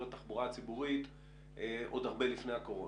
התחבורה הציבורית עוד הרבה לפני הקורונה,